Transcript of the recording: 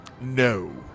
No